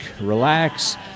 relax